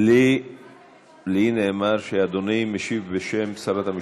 לי נאמר שאדוני משיב בשם שרת המשפטים.